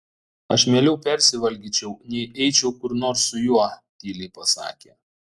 aš mieliau persivalgyčiau nei eičiau kur nors su juo tyliai pasakė